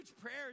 prayers